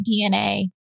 DNA